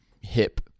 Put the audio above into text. hip